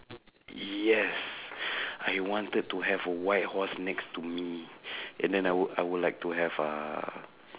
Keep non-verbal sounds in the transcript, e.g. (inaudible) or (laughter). yes (breath) I wanted to have a white horse next to me (breath) and then I would I would like to have uh